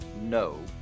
no